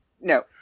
No